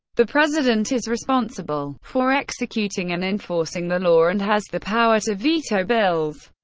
the president is responsible for executing and enforcing the law, and has the power to veto bills.